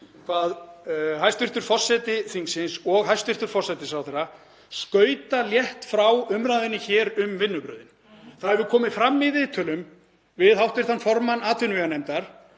hvað hæstv. forseti þingsins og hæstv. forsætisráðherra skauta létt frá umræðunni hér um vinnubrögðin. Það hefur komið fram í viðtölum við hv. formann atvinnuveganefndar